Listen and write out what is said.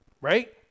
right